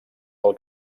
del